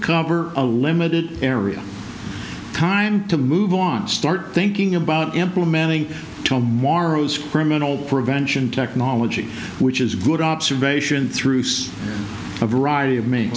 cover a limited area time to move on start thinking about implementing morrows criminal prevention technology which is good observation through a variety of me